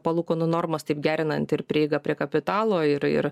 palūkanų normas taip gerinant ir prieigą prie kapitalo ir ir